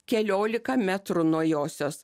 keliolika metrų nuo josios